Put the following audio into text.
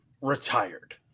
retired